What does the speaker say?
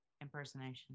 impersonation